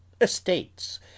estates